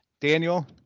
Daniel